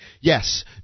yes